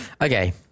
Okay